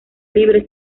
libre